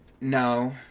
No